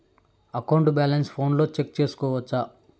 account balance ఫోనులో check సేసుకోవచ్చా